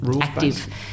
active